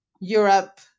Europe